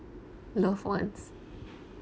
loved ones